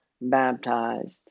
baptized